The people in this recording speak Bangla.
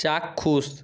চাক্ষুষ